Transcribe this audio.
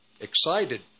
excited